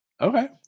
Okay